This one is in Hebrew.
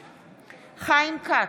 כץ,